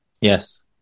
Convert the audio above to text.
Yes